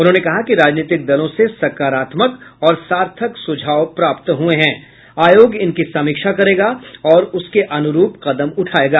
उन्होंने कहा कि राजनीतिक दलों से सकारात्मक और सार्थक सुझाव प्राप्त हुए हैं आयोग इनकी समीक्षा करेगा और उसके अनुरूप कदम उठायेगा